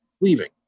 leaving